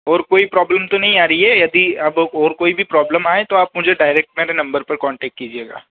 और कोई प्रॉब्लम तो नहीं आ रही है यदि अब और कोई भी प्रॉब्लम आए तो आप मुझे डायरेक्ट मेरे नंबर पर कान्टैक्ट कीजिएगा